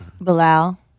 Bilal